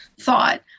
thought